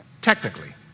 technically